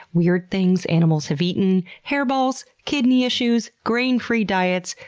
weird things animals have eaten, hairballs, kidney issues, grain-free diets,